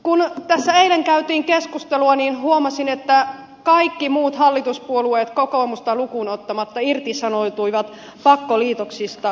kun tässä eilen käytiin keskustelua niin huomasin että kaikki muut hallituspuolueet kokoomusta lukuun ottamatta irtisanoutuivat pakkoliitoksista